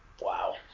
Wow